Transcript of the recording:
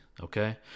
okay